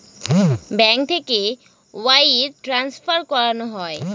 bank থেকে wire transfer করানো হয়